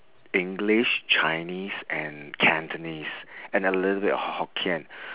english chinese and cantonese and a little bit of hokkien